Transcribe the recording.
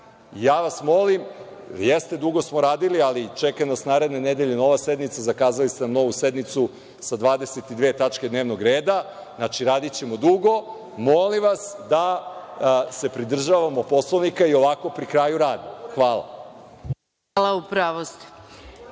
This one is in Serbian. Ja vas molim, jeste, dugo smo radili, ali čeka nas naredne nedelje nova sednica, zakazali ste nam novu sednicu sa 22 tačke dnevnog reda, znači radićemo dugo, molim vas da se pridržavamo Poslovnika i ovako pri kraju rada. Hvala. **Maja